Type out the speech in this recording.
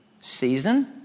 Season